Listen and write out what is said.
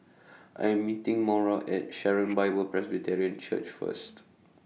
I Am meeting Maura At Sharon Bible Presbyterian Church First